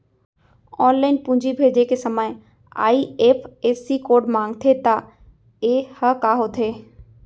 Online पूंजी भेजे के समय आई.एफ.एस.सी कोड माँगथे त ये ह का होथे?